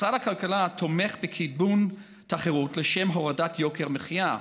משרד הכלכלה תומך בקידום תחרות לשם הורדת יוקר המחיה,